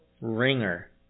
ringer